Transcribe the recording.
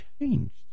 changed